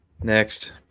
Next